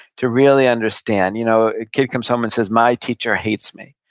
to really understand. you know, a kid comes home and says, my teacher hates me.